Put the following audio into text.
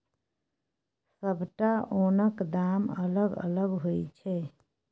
सबटा ओनक दाम अलग अलग होइ छै